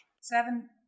Seven